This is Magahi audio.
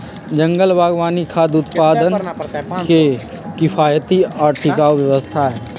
जंगल बागवानी खाद्य उत्पादन के किफायती और टिकाऊ व्यवस्था हई